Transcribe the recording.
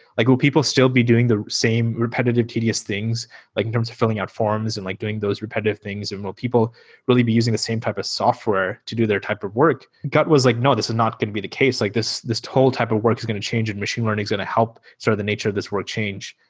like will people still be doing the same repetitive tedious things like in terms of filling out forms and like doing those repetitive things? and will people really be using the same type of software to do their type of work? it was like, no. this is not going to be the case. like this this total type of work is going to change and machine learning is going to help sort of the nature of this work change.